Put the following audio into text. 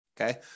Okay